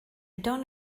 don’t